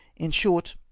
in short,